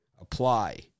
apply